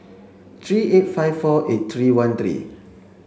three eight five four eight three one three